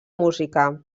música